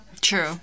true